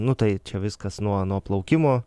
nu tai čia viskas nuo nuo plaukimo